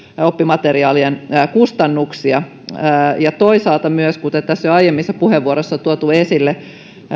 oppimateriaalien kustannuksia toisaalta myös kuten tässä jo aiemmissa puheenvuoroissa on tuotu esille